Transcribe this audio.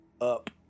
up